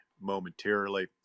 momentarily